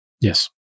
Yes